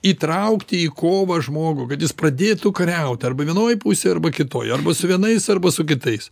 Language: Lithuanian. įtraukti į kovą žmogų kad jis pradėtų kariaut arba vienoj pusėj arba kitoj arba su vienais arba su kitais